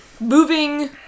moving